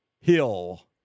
hill